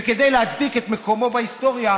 וכדי להצדיק את מקומו בהיסטוריה,